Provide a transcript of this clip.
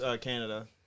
Canada